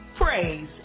praise